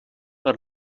per